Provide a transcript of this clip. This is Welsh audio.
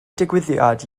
digwyddiad